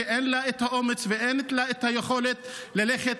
כי אין לה את האומץ ואין לה את היכולת ללכת